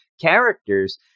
characters